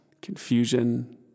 confusion